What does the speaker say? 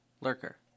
lurker